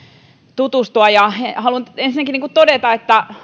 tutustua haluan ensinnäkin todeta että